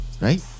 right